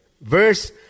Verse